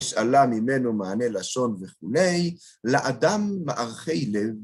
שאלה ממנו מענה לשון וכו', לאדם מערכי לב.